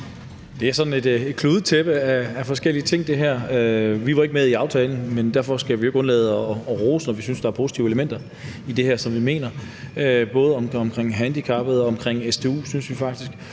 Det er sådan et kludetæppe af forskellige ting. Vi var ikke med i aftalen, men derfor skal vi jo ikke undlade at rose, når vi synes, der er positive elementer i det her, som vi mener der er både omkring handicappede og omkring stu og omkring,